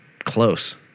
Close